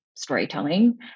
storytelling